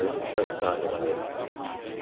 i'm so excited about this.